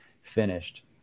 finished